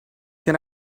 can